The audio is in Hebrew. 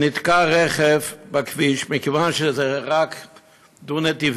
נתקע רכב בכביש, ומכיוון שזה רק דו-נתיבי,